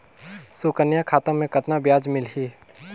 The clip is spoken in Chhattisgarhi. सुकन्या खाता मे कतना ब्याज मिलही?